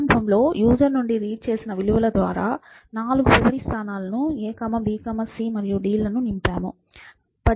ప్రారంభంలో యూసర్ నుండి రీడ్ చేసిన విలువల ద్వారా నాలుగు మెమరీ స్థానాలను a b c మరియు d లను నింపాము